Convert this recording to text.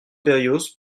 berrios